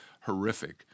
horrific